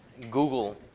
Google